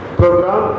program